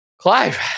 Clive